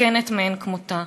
מסוכנת מאין-כמותה.